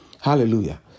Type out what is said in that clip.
Hallelujah